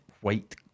white